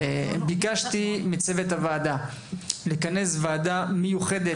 ביקשתי מצוות הוועדה לכנס וועדה מיוחדת